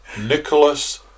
Nicholas